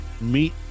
meet